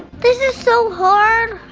this is so hard.